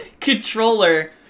controller